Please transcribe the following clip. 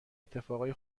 اتفاقای